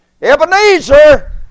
Ebenezer